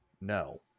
no